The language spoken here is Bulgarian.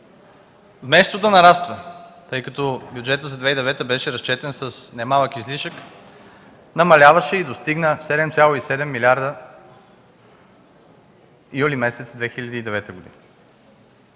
вместо да нараства, тъй като бюджетът за 2009 г. беше разчетен с немалък излишък, намаляваше и достигна 7,7 милиарда през юли месец 2009 г.